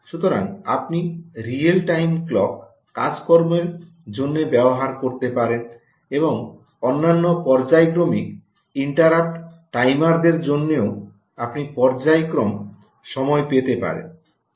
সুতরাং আপনি real time clock কাজকর্মের জন্য ব্যবহার করতে পারেন এবং অন্যান্য পর্যায়ক্রমিক ইন্টারাপ্ট টাইমারদের জন্যও আপনি পর্যায়ক্রম সময় পেতে পারেন